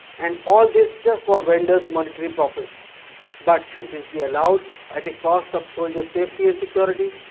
and all this just for vendors monetary profit but should this be allowed at the cost of soldiers safety and security.